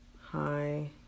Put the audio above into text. hi